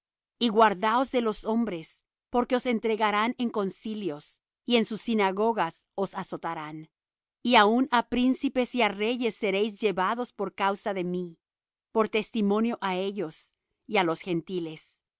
y guardaos de los hombres porque os entregarán en concilios y en sus sinagogas os azotarán y aun á príncipes y á reyes seréis llevados por causa de mí por testimonio á ellos y á los gentiles mas